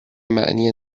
معنی